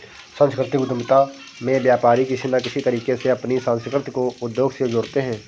सांस्कृतिक उद्यमिता में व्यापारी किसी न किसी तरीके से अपनी संस्कृति को उद्योग से जोड़ते हैं